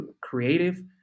creative